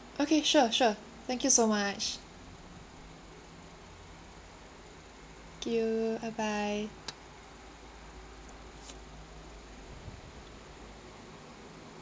okay sure sure thank you so much thank you bye bye